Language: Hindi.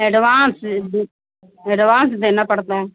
एडवांस एडवांस देना पड़ता है